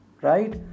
right